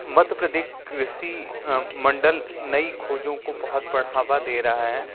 मध्य प्रदेश कृषि मंडल नई खोजों को बहुत बढ़ावा दे रहा है